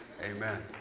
Amen